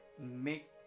make